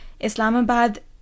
Islamabad